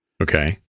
Okay